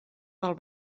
del